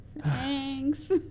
Thanks